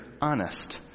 honest